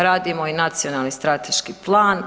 Radimo i nacionalni strateški plan.